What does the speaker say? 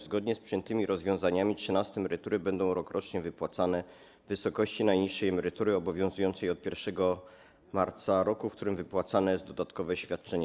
Zgodnie z przyjętymi rozwiązaniami trzynaste emerytury będą rokrocznie wypłacane w wysokości najniższej emerytury obowiązującej od 1 marca roku, w którym wypłacane jest dodatkowe świadczenie.